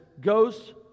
goes